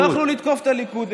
הם לא יכלו לתקוף את הליכוד.